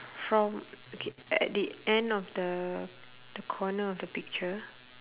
from okay at the end of the the corner of the picture